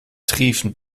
triefend